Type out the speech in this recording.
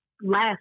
last